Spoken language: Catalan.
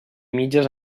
mitges